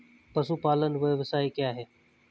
पशुपालन व्यवसाय क्या है?